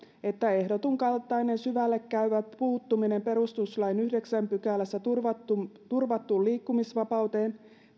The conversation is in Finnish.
että ehdotetun kaltainen syvälle käyvää puuttumista perustuslain yhdeksännessä pykälässä turvattuun turvattuun liikkumisvapauteen